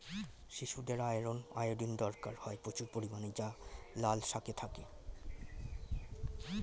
শিশুদের iron, iodine দরকার হয় প্রচুর পরিমাণে যা লাল শাকে থাকে